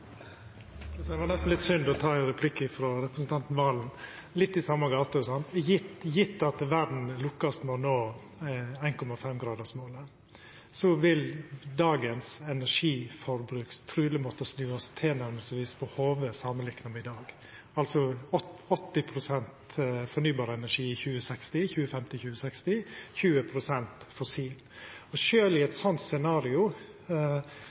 Det var nesten litt synd å ta ein replikk frå representanten Serigstad Valen, men litt i same gate: Gjeve at verda vil lukkast med å nå 1,5-gradersmålet, vil dagens energiforbruk truleg måtte snuast tilnærmingsvis på hovudet samanlikna med i dag, altså 80 pst. fornybar energi i 2050, 2060 og 20 pst. fossil. Sjølv i eit